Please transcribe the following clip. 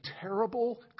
terrible